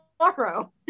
tomorrow